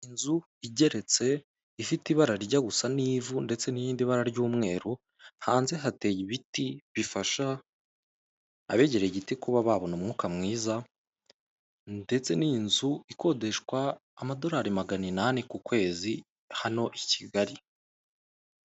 Inzu igeretse ifite ibara rijya gusa n'ivu, ndetse n'irindi bara ry'umweru hanze hateye ibiti bifasha abegereye igiti kuba babona umwuka mwiza, ndetse ni inzu ikodeshwa amadorari magana inani ku kwezi hano i Kigali.